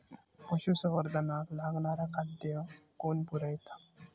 पशुसंवर्धनाक लागणारा खादय कोण पुरयता?